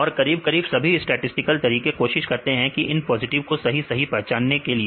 और करीब करीब सभी स्टैटिसटिकल तरीके कोशिश करते हैं इन पॉजिटिव को सही सही पहचानने के लिए